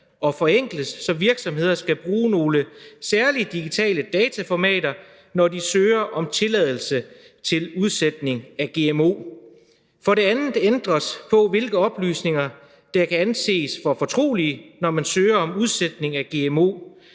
og forenkles, så virksomheder skal bruge nogle særlige digitale dataformater, når de søger om tilladelse til udsætning af gmo. For det andet ændres der på, hvilke oplysninger der kan anses for fortrolige, når man søger om udsætning af gmo.